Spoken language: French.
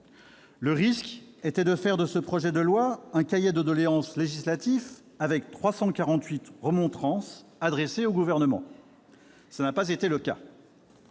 le risque était de faire de ce projet de loi un cahier de doléances législatif avec 348 remontrances adressées au Gouvernement. Cela n'a pas été le cas.